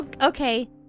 okay